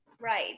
Right